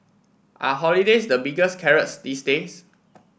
are holidays the biggest carrots these days